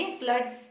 floods